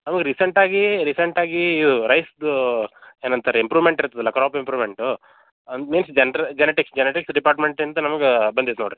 ನಮಗೆ ರೀಸೆಂಟ್ ಆಗಿ ರೀಸೆಂಟ್ ಆಗಿ ಇವು ರೈಸ್ದು ಏನಂತಾರೇ ಇಂಪ್ರುಮೆಂಟ್ ಇರ್ತದೆ ಅಲ್ಲ ಕ್ರಾಪ್ ಇಂಪ್ರುಮೆಂಟ್ ಜನ್ರ್ ಜನಟಿಕ್ಸ್ ಜನಟಿಕ್ಸ್ ಡಿಪಾರ್ಟ್ಮೆಂಟಿಂದ ನಮಗೆ ಬಂದೈತೆ ನೋಡಿರಿ